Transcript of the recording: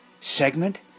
Segment